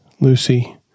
Lucy